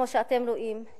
כמו שאתם רואים,